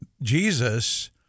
Jesus